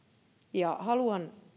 ja haluan